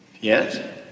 Yes